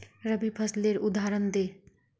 रवि फसलेर उदहारण दे?